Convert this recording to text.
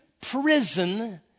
prison